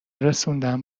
رسوندن